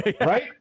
right